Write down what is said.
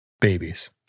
babies